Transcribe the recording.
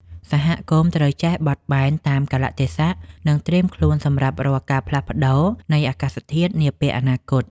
សហគមន៍ត្រូវចេះបត់បែនតាមកាលៈទេសៈ និងត្រៀមខ្លួនសម្រាប់រាល់ការផ្លាស់ប្តូរនៃអាកាសធាតុនាពេលអនាគត។